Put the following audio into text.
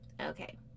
Okay